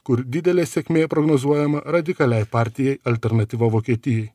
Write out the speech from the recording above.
kur didelė sėkmė prognozuojama radikaliai partijai alternatyva vokietijai